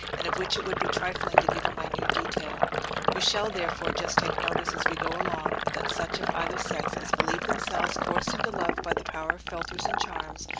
and of which it would be trifling to give a minute detail we shall, therefore, just take notice as we go along, that such of either sex as believed themselves forced into love by the power of philtres and charms,